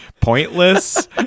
pointless